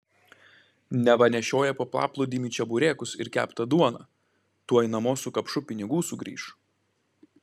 neva nešioja po paplūdimį čeburekus ir keptą duoną tuoj namo su kapšu pinigų sugrįš